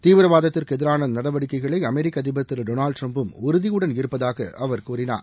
தீவிரவாதத்திற்கு எதிரான நடவடிக்கைகளை அமெரிக்க அதிபர் திரு டொளால்டு டிரம்ப்பும் உறுதியுடன் இருப்பதாக அவர் கூறினார்